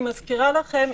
אני מזכירה לכם,